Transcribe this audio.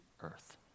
earth